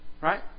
Right